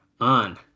On